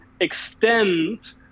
extend